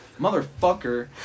motherfucker